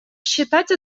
считать